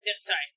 sorry